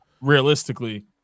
realistically